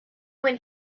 when